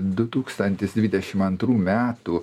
du tūkstantis dvidešim antrų metų